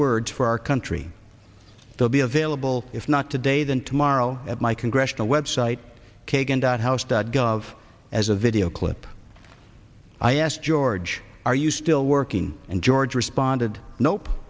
words for our country will be available if not today than tomorrow at my congressional web site kagan dot house dot gov as a video clip i asked george are you still working and george responded nope